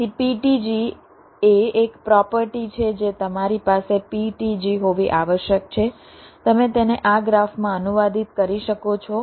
તેથી PTG એ એક પ્રોપર્ટી છે જે તમારી પાસે PTG હોવી આવશ્યક છે તમે તેને આ ગ્રાફમાં અનુવાદિત કરી શકો છો